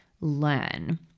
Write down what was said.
learn